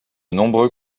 nombreux